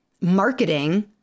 marketing